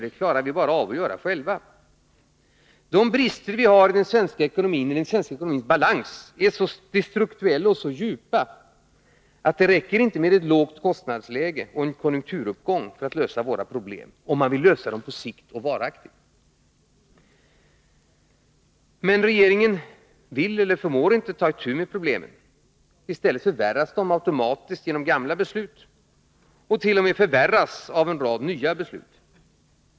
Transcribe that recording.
Det klarar vi bara av att göra själva. De brister vi har i den svenska ekonomins balans är strukturella och så djupa att det inte räcker med ett lågt kostnadsläge och en konjunkturuppgång för att lösa våra problem —- om man vill lösa dem på sikt och varaktigt. Men regeringen vill — eller förmår — inte ta itu med problemen. I stället förvärras de automatiskt genom gamla beslut, och de förvärras t.o.m. genom en rad nya beslut.